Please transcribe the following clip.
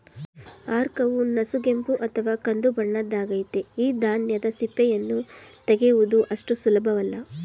ಆರ್ಕವು ನಸುಗೆಂಪು ಅಥವಾ ಕಂದುಬಣ್ಣದ್ದಾಗಯ್ತೆ ಈ ಧಾನ್ಯದ ಸಿಪ್ಪೆಯನ್ನು ತೆಗೆಯುವುದು ಅಷ್ಟು ಸುಲಭವಲ್ಲ